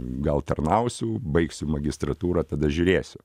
gal tarnausiu baigsiu magistratūrą tada žiūrėsiu